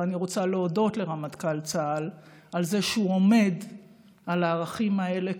ואני רוצה להודות לרמטכ"ל צה"ל על זה שהוא עומד על הערכים האלה,